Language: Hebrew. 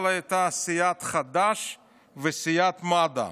אבל היו סיעת חד"ש וסיעת מד"ע,